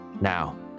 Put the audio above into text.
Now